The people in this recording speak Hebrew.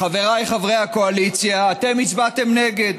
חבריי חברי הקואליציה, הצבעתם נגד,